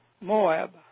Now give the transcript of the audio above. Moab